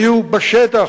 היו בשטח,